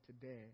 today